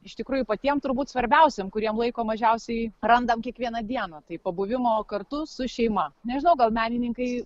iš tikrųjų patiem turbūt svarbiausiem kuriem laiko mažiausiai randam kiekvieną dieną tai pabuvimo kartu su šeima nežinau gal menininkai